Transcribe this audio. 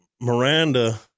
Miranda